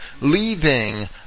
leaving